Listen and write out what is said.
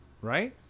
Right